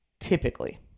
Typically